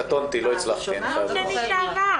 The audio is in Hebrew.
קטונתי, לא הצלחתי, אני חייב לומר.